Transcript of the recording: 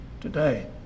today